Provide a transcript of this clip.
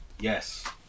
Yes